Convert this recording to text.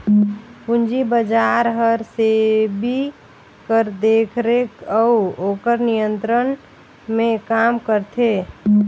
पूंजी बजार हर सेबी कर देखरेख अउ ओकर नियंत्रन में काम करथे